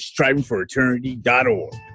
strivingforeternity.org